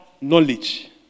knowledge